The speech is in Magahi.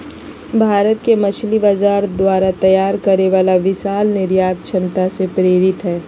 भारत के मछली बाजार द्वारा तैयार करे वाला विशाल निर्यात क्षमता से प्रेरित हइ